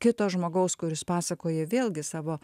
kito žmogaus kuris pasakoja vėlgi savo